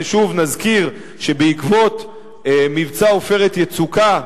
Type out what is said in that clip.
ושוב נזכיר שבעקבות מבצע "עופרת יצוקה",